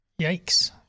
Yikes